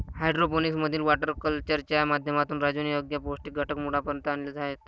hydroponics मधील water कल्चरच्या माध्यमातून राजूने योग्य पौष्टिक घटक मुळापर्यंत आणले आहेत